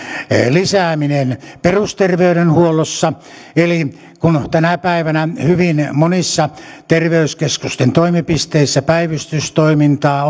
lisääminen perusterveydenhuollossa eli kun tänä päivänä hyvin monissa terveyskeskusten toimipisteissä päivystystoimintaa